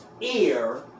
ear